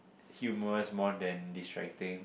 humorous more than distracting